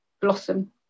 blossom